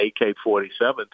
AK-47